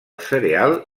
cereal